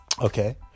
okay